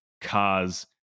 cars